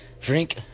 Drink